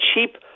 cheap